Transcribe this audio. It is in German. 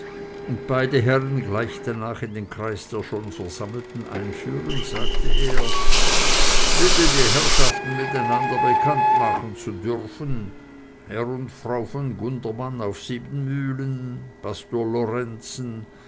und beide herren gleich danach in den kreis der schon versammelten einführend sagte er bitte die herrschaften miteinander bekannt machen zu dürfen herr und frau von gundermann auf siebenmühlen pastor lorenzen